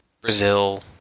Brazil